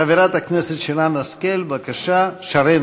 חברת הכנסת שרן השכל, בבקשה.